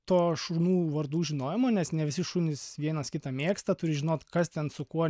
to šunų vardų žinojimo nes ne visi šunys vienas kitą mėgsta turi žinot kas ten su kuo